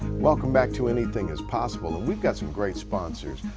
welcome back to anything is possible. we've got some great sponsors.